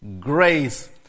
grace